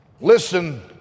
Listen